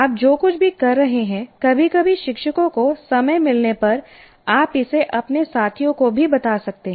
आप जो कुछ भी कर रहे हैं कभी कभी शिक्षकों को समय मिलने पर आप इसे अपने साथियों को भी बता सकते हैं